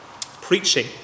Preaching